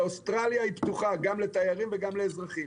ואוסטרליה פתוחה גם לתיירים וגם לאזרחים,